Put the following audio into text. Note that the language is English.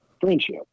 Friendship